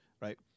right